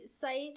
site